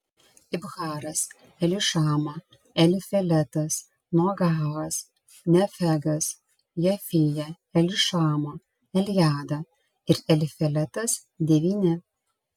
ibharas elišama elifeletas nogahas nefegas jafija elišama eljada ir elifeletas devyni